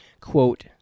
Quote